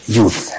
Youth